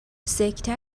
سکته